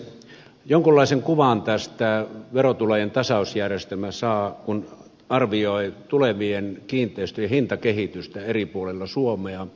jonkunlaisen kuvan tästä verotulojen tasausjärjestelmästä saa kun arvioi tulevien kiinteistöjen hintakehitystä eri puolilla suomea eri kunnissa